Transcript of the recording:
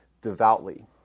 devoutly